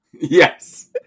Yes